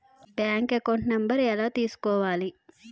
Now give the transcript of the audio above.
Bank account number ఎలా తీసుకోవాలి?